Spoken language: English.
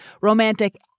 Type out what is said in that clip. romantic